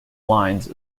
lines